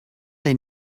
they